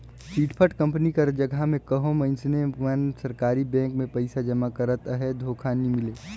chit fund company कर जगहा में कहों मइनसे मन सरकारी बेंक में पइसा जमा करत अहें धोखा नी मिले